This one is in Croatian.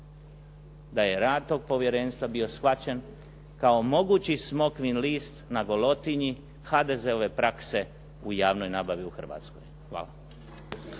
da je rad tog Povjerenstva bio shvaćen kao mogući smokvin list na golotinji HDZ-ove prakse u javnoj nabavi u Hrvatskoj. Hvala.